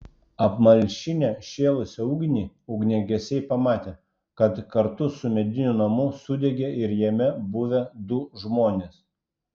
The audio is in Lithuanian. apmalšinę šėlusią ugnį ugniagesiai pamatė kad kartu su mediniu namu sudegė ir jame buvę du žmonės